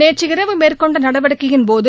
நேற்று இரவு மேற்கொண்ட நடவடிக்கையின்போது